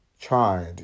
child